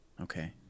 Okay